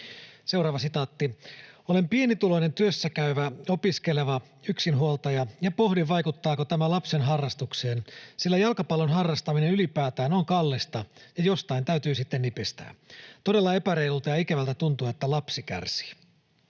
vuoksi.” ”Olen pienituloinen työssäkäyvä, opiskeleva yksinhuoltaja ja pohdin, vaikuttaako tämä lapsen harrastukseen, sillä jalkapallon harrastaminen ylipäätään on kallista, ja jostain täytyy sitten nipistää. Todella epäreilulta ja ikävältä tuntuu, että lapsi kärsii.”